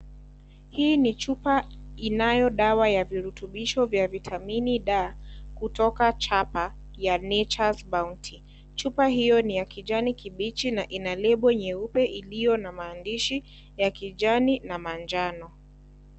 Hii ni chupa inayo dawa ya virutubisho vya vitamini D kutoka chapa, ya Natures Bounty. Chupa hiyo ni kijani kibichi na ina label nyeupe iliyo na maandishi ya kijani, na manjano.